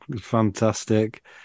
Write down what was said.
fantastic